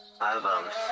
albums